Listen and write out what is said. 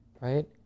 right